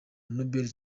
noble